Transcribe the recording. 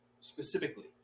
specifically